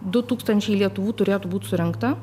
du tūkstančiai lietuvų turėtų būt surinkta